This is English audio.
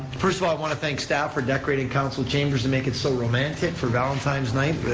first of all, i want to thank staff for decorating council chambers to make it so romantic for valentine's night,